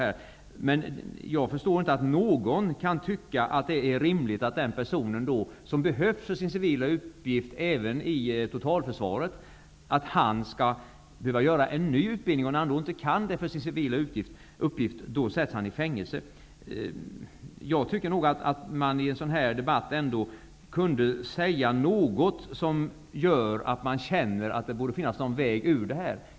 Jag kan inte förstå att någon kan tycka att det är rimligt att denna person, som behövs för sin civila uppgift även i totalförsvaret, skall behöva genomgå en ny utbildning och att han, när han inte kan göra det på grund av sin civila uppgift, skall sättas i fängelse. Jag tycker att man i en sådan här debatt ändå kunde säga något som gör att vi känner att det finns en väg ut ur detta.